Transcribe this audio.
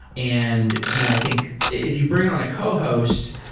and you know i think if you bring on a cohost,